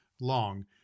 long